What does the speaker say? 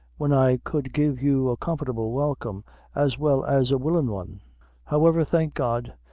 when i could give you a comfortable welcome as well as a willin' one however, thank god,